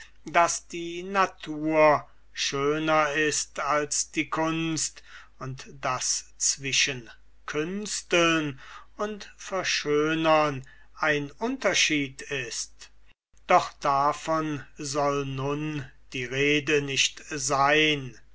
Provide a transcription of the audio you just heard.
daß die natur schöner ist als die kunst und daß zwischen künsteln und verschönern ein unterschied ist doch davon soll nun die rede nicht sein